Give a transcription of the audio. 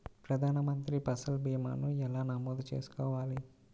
ప్రధాన మంత్రి పసల్ భీమాను ఎలా నమోదు చేసుకోవాలి?